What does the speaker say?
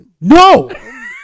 No